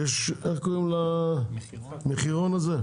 איך קוראים למחירון הזה?